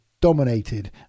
dominated